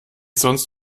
sonst